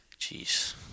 Jeez